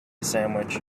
sandwich